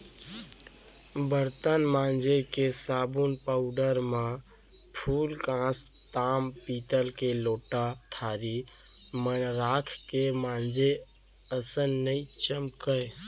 बरतन मांजे के साबुन पाउडर म फूलकांस, ताम पीतल के लोटा थारी मन राख के मांजे असन नइ चमकय